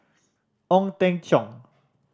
Ong Teng Cheong